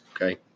okay